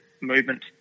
movement